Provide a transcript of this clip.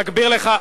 נגביר לך.